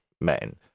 men